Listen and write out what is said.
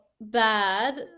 bad